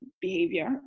behavior